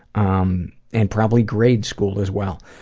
um and probably grade school, as well.